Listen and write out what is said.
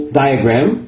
diagram